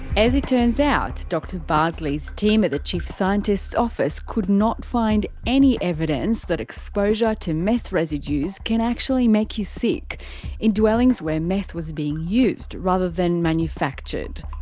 as it turns out, dr bardsley's team at the chief scientist's office could not find any evidence that exposure to meth residues can actually make you sick in dwellings where meth was being used rather than manufactured.